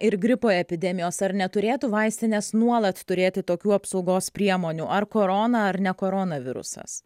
ir gripo epidemijos ar neturėtų vaistinės nuolat turėti tokių apsaugos priemonių ar korona ar ne koronavirusas